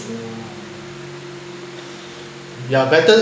ya better